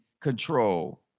control